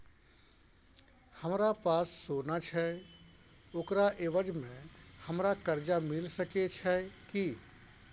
हमरा पास सोना छै ओकरा एवज में हमरा कर्जा मिल सके छै की?